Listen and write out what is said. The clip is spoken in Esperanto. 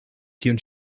kiun